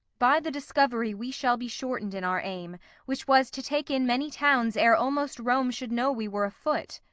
by the discovery we shall be shorten'd in our aim which was, to take in many towns ere, almost, rome should know we were afoot.